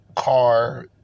car